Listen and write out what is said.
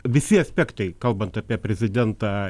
visi aspektai kalbant apie prezidentą